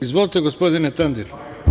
Izvolite, gospodine Tandir.